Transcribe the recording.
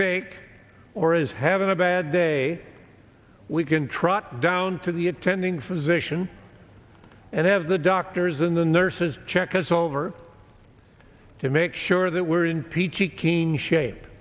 ache or is having a bad day we can trot down to the attending physician and have the doctors in the nurses check us all over to make sure that we're in peachy keen shape